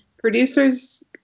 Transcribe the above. Producers